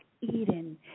Eden